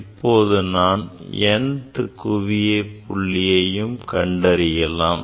இப்போ நான் nth குவிய புள்ளியையும் கண்டறியலாம்